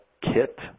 kit